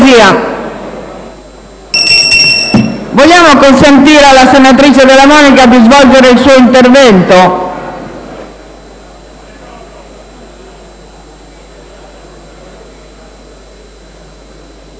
di consentire alla senatrice Della Monica di svolgere il suo intervento.